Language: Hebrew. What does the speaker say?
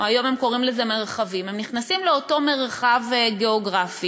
היום הם קוראים לזה "מרחבים" הם נכנסים לאותו מרחב גיאוגרפי,